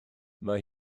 mae